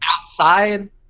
outside